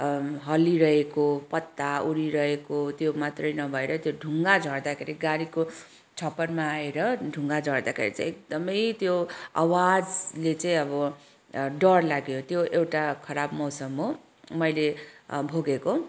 हल्लिरहेको पत्ता उडीरहेको त्यो मात्रै नभएर त्यो ढुङ्गा झर्दाखेरि गाडीको छप्परमा आएर ढुङ्गा झर्दाखेरि चाहिँ एकदमै त्यो आवाजले चाहिँ अब डर लग्यो त्यो एउटा खराब मौसम हो मैले अँ भोगेको